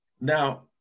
Now